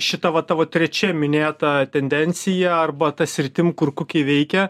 šita va tavo trečia minėta tendencija arba ta sritim kur kukiai veikia